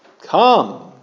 Come